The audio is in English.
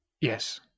Yes